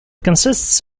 consists